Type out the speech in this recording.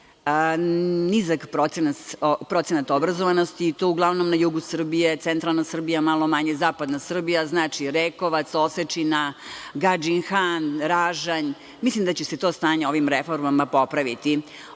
nizak procenat obrazovanosti uglavnom na jugu Srbije, centralna Srbija, malo manje zapadna Srbija, znači Rekovac, Osečina, Gadžin Han, Ražanj. Mislim da će se to stanje ovim reformama popraviti. Ono